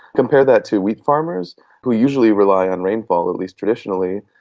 compare that to wheat farmers who usually rely on rainfall, at least traditionally,